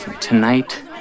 Tonight